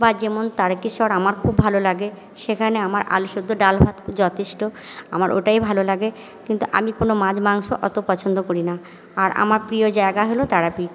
বা যেমন তারকেশ্বর আমার খুব ভালো লাগে সেখানে আমার আলু সেদ্ধ ডাল ভাত যতেষ্ট আমার ওটাই ভালো লাগে কিন্তু আমি কোনো মাছ মাংস অত পছন্দ করি না আর আমার প্রিয় জায়গা হলো তারাপীঠ